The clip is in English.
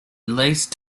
lease